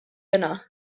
yno